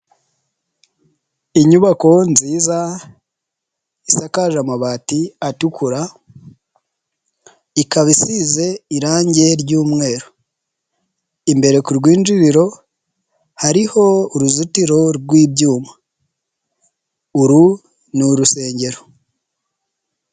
Inyubako nziza isakaje amabati atukura, ikaba isize irange ry'umweru, imbere ku rwinjiriro hariho uruzitiro rw'ibyuma, uru ni urusengero.